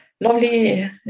lovely